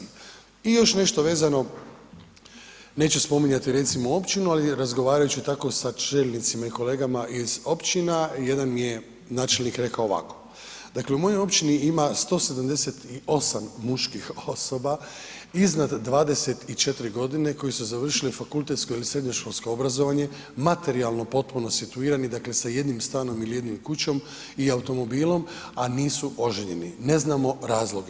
I još nešto vezano, neću spominjati recimo općinu, ali razgovarajući tako sa čelnicima i kolegama iz općina, jedan mi je načelnik rekao ovako, dakle u mojoj općini ima 178 muških osoba iznad 24.g. koji su završili fakultetsko ili srednješkolsko obrazovanje, materijalno potpuno situirani, dakle sa jednim stanom ili jednom kućom i automobilom, a nisu oženjeni, ne znamo razloge.